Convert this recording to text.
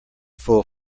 full